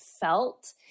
felt